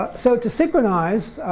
so to synchronize,